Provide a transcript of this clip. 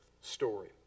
story